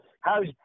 how's